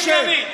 תענה עניינית.